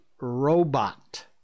robot